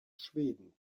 schweden